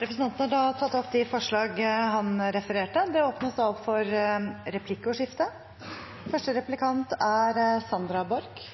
Representanten Lars Haltbrekken har tatt opp de forslagene han refererte til. Det åpnes for replikkordskifte. Representanten Haltbrekken